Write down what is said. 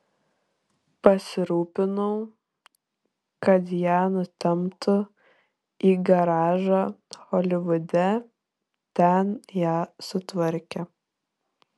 pasirūpinau kad ją nutemptų į garažą holivude ten ją sutvarkė